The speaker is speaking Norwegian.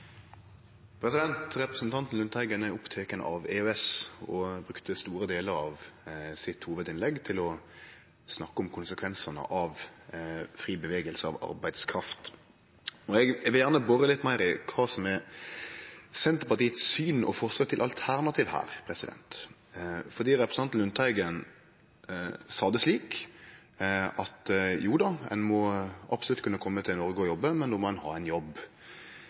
Representanten Lundteigen er oppteken av EØS og brukte store delar av hovudinnlegget sitt til å snakke om konsekvensane av fri bevegelse av arbeidskraft. Eg vil gjerne bore litt meir i kva som er Senterpartiets syn og forslag til alternativ her, for representanten Lundteigen sa det slik at joda, ein må absolutt kunne kome til Noreg og jobbe, men då må ein ha ein jobb.